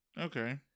okay